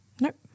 Nope